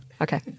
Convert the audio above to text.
Okay